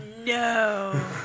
no